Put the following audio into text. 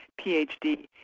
PhD